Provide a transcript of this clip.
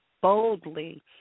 boldly